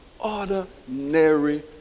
ordinary